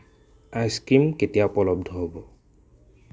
ice cream কেতিয়া উপলব্ধ হ'ব